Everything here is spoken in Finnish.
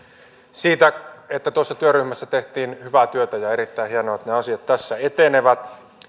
siitä että tuossa työryhmässä tehtiin hyvää työtä ja on erittäin hienoa että ne asiat tässä etenevät